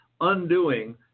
undoing